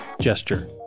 gesture